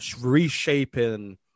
reshaping